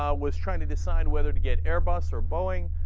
um was trying to decide whether to get airbus or borrowing